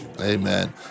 Amen